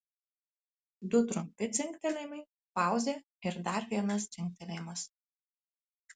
du trumpi dzingtelėjimai pauzė ir dar vienas dzingtelėjimas